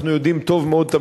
אנחנו יודעים טוב מאוד,